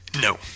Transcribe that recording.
no